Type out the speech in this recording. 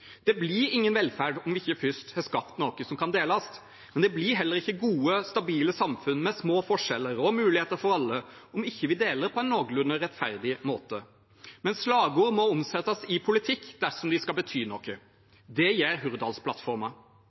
Det blir ingen velferd om vi ikke først har skapt noe som kan deles, men det blir heller ikke gode, stabile samfunn med små forskjeller og muligheter for alle om vi ikke deler på en noenlunde rettferdig måte. Men slagord må omsettes i politikk dersom de skal bety noe. Det gjør